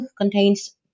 contains